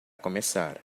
começar